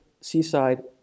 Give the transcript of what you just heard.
seaside